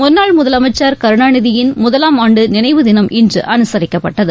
முன்னாள் முதலமைச்சர் கருணாநிதியின் முதலாம் ஆண்டு நினைவு தினம் இன்று அனுசரிக்கப்பட்டது